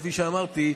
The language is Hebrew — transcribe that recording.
כפי שאמרתי,